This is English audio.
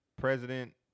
president